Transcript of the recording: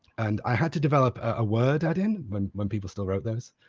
and i had to develop a word add-in when when people still wrote those.